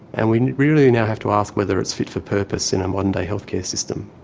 and we really now have to ask whether it's fit for purpose in our modern-day healthcare system.